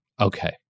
Okay